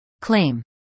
claim